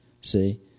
See